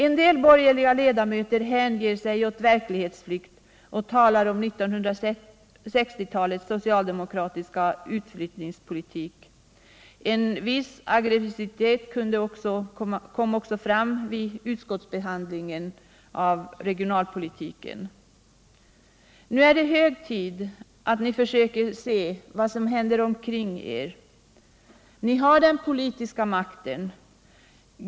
En del borgerliga ledamöter hänger sig åt verklighetsflykt och talar om 1960-talets socialdemokratiska utflyttningspolitik. En viss aggressivitet kom också fram vid utskottsbehandlingen av regionalpolitiken. Nu är det hög tid att ni försöker se vad som händer omkring er. Ni har den politiska makten.